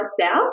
south